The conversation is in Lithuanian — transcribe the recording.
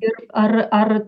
ir ar ar